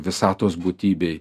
visatos būtybei